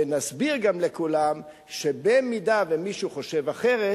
ונסביר גם לכולם שבמידה שמישהו חושב אחרת,